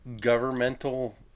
governmental